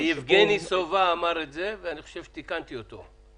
יבגני סובה אמר את זה, ואני חושב שתיקנתי אותו.